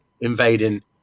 invading